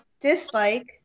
dislike